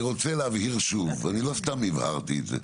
אני רוצה להבהיר שוב, אני לא סתם הבהרתי את זה.